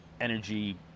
energy